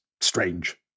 strange